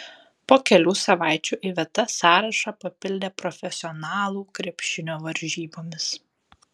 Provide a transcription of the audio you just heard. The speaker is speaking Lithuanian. po kelių savaičių iveta sąrašą papildė profesionalų krepšinio varžybomis